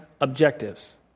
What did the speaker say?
objectives